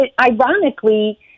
ironically